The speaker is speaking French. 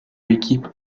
l’équipe